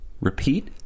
Repeat